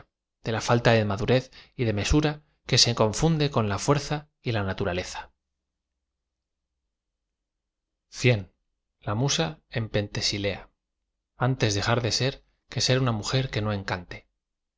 de la falta de madurez y de mesura que se confun de con la fuerza y la naturaleza la musa en pentesilea antea dejar de eer que ser una mujer que no encan